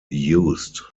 used